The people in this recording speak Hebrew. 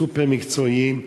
סופר מקצועיים,